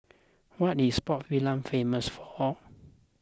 what is Port Vila famous for